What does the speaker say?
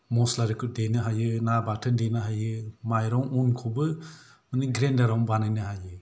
मसला आरिखौ देनो हायो ना बाथोन देनो हायो माइरं अनखौबो माने ग्रेन्दार आवनो बानायनो हायो